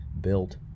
built